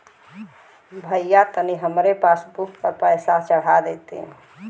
भईया तनि हमरे पासबुक पर पैसा चढ़ा देती